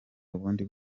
ubundi